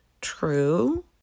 true